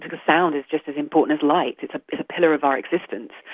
because sound is just as important as light, it's a pillar of our existence.